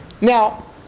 Now